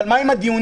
אבל מה עם הדיונים?